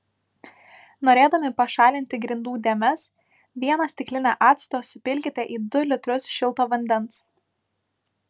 norėdami pašalinti grindų dėmes vieną stiklinę acto supilkite į du litrus šilto vandens